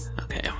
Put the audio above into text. Okay